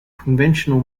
conventional